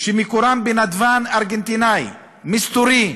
שמקורם בנדבן ארגנטינאי מסתורי,